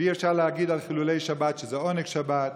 ואי-אפשר להגיד על חילולי שבת שזה עונג שבת.